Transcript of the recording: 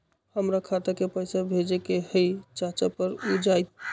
हमरा खाता के पईसा भेजेए के हई चाचा पर ऊ जाएत?